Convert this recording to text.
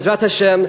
בעזרת השם,